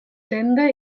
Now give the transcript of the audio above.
tenda